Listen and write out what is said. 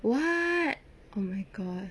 what oh my god